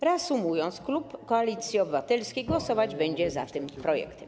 Reasumując, klub Koalicji Obywatelskiej głosować będzie za tym projektem.